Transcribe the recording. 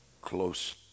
close